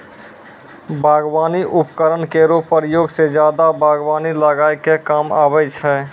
बागबानी उपकरन केरो प्रयोग सें जादा बागबानी लगाय क काम आबै छै